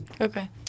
Okay